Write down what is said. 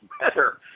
better